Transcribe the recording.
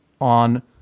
on